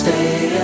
Stay